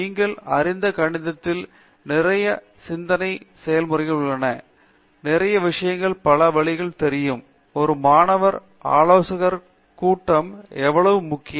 நீங்கள் அறிந்த கணிதத்தில் நிறைய சிந்தனை செயல்முறைகள் உள்ளன நிறைய விஷயங்களை பல வழிகளில் தெரியும் ஒரு மாணவ ஆலோசகர் கூட்ட எவ்வளவு முக்கியம்